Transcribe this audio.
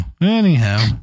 Anyhow